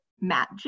Matt